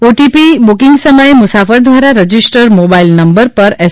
OTP booking સમયે મુસાફર દ્વારા રજીસ્ટ્રર મોબાઇલ નંબર પર એસ